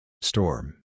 Storm